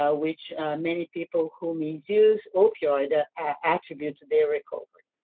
ah which many people who misuse opioids attribute to their recovery.